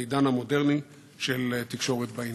לעידן המודרני של תקשורת באינטרנט?